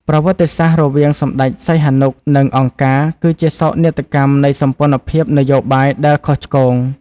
ប្រវត្តិសាស្ត្ររវាងសម្តេចសីហនុ និងអង្គការ គឺជាសោកនាដកម្មនៃសម្ព័ន្ធភាពនយោបាយដែលខុសឆ្គង។